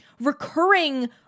recurring